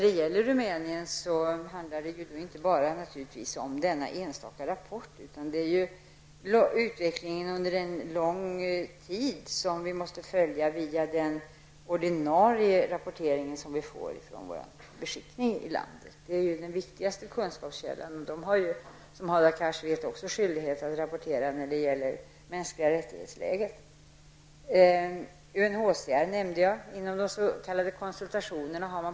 Det handlar naturligtvis inte bara om en enstaka rapport från Rumänien. Vi måste följa utvecklingen under lång tid via den ordinarie rapportering som vi får från vår beskickning i landet. Det är den viktigaste kunskapskällan. Vi har ju, vilket Hadar Cars också vet, skyldighet att rapportera läget i fråga om mänskliga rättigheter. Jag nämnde UNHCR.